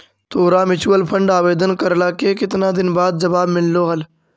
तोरा mutual fund आवेदन करला के केतना दिन बाद जवाब मिललो हल?